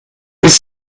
bis